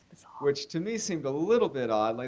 which to me seemed a little bit odd. like